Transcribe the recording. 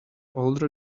older